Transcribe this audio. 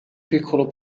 piccolo